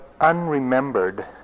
Unremembered